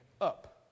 up